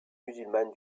musulmane